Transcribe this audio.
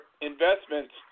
investments